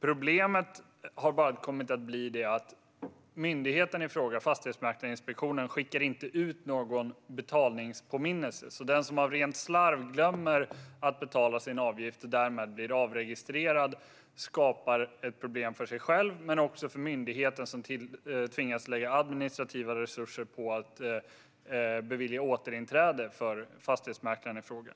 Problemet är dock att Fastighetsmäklarinspektionen inte skickar ut någon betalningspåminnelse, så den som av rent slarv glömmer att betala sin avgift och därmed blir avregistrerad skapar ett problem för sig själv men också för myndigheten, som tvingas lägga administrativa resurser på att bevilja återinträde för fastighetsmäklaren i fråga.